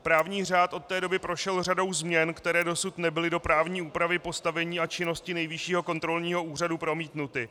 Právní řád od té doby prošel řadou změn, které dosud nebyly do právní úpravy postavení a činnosti Nejvyššího kontrolního úřadu promítnuty.